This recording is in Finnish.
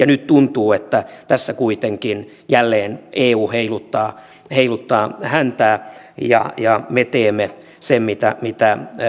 nyt tuntuu että tässä kuitenkin jälleen eu heiluttaa heiluttaa häntää ja ja me teemme sen mitä mitä